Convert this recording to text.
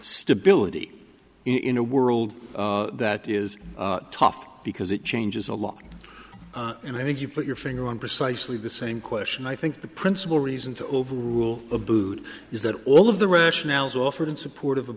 stability in a world that is tough because it changes a lot and i think you put your finger on precisely the same question i think the principal reason to overrule abood is that all of the rationales offered in support